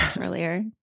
earlier